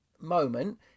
moment